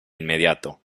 inmediato